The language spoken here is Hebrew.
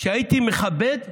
הייתי מכבד ואומר: